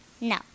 No